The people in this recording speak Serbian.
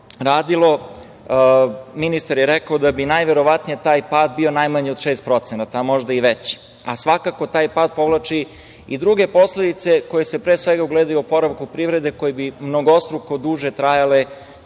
radilo, ministar je rekao da bi najverovatnije taj pad bio od najmanje 6%, a možda i veći. Svakako taj pad povlači i druge posledice koje se ogledaju u oporavku privrede koje bi mnogostruko duže trajale,